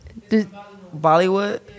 Bollywood